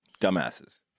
Dumbasses